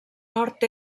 nord